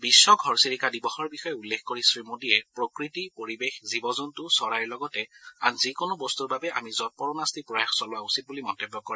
বিধ ঘৰচিৰিকা দিৱসৰ বিষয়ে উল্লেখ কৰি শ্ৰীমোডীয়ে প্ৰকৃতি পৰিৱেশ জীৱজন্ত চৰাইৰ লগতে আন যিকোনো বস্তুৰ বাবে আমি যৎপৰোনাস্তি প্ৰয়াস চলোৱা উচিত বুলি মন্তব্য কৰে